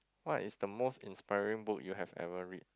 what is the most inspiring book you have ever read